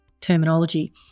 terminology